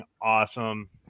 awesome